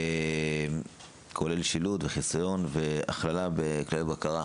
כולל שילוט וחיסיון והכללה בכלי בקרה,